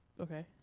Okay